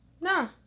no